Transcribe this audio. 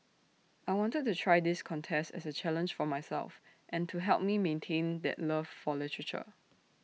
I wanted to try this contest as A challenge for myself and to help me maintain that love for literature